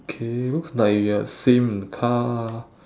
okay looks like we are same in the car